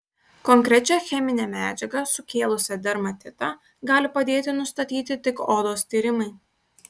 konkrečią cheminę medžiagą sukėlusią dermatitą gali padėti nustatyti tik odos tyrimai